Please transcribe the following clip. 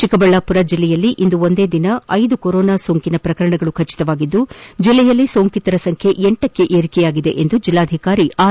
ಚಿಕ್ಕಬಳ್ಳಾಪುರ ಜಲ್ಲೆಯಲ್ಲಿ ಇಂದು ಒಂದೇ ದಿನ ಐದು ಕೊರೊನಾ ಸೋಂಕಿನ ಪ್ರಕರಣಗಳು ಖಚಿತವಾಗಿದ್ದು ಜಲ್ಲೆಯಲ್ಲಿ ಸೋಂಕಿತರ ಸಂಖ್ಯೆ ಹಕ್ಕೆ ಏರಿಕೆಯಾಗಿದೆ ಎಂದು ಜಿಲ್ಲಾಧಿಕಾರಿ ಆರ್